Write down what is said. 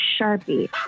sharpie